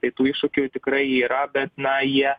tai tų iššūkių tikrai yra bet na jie